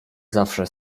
zawsze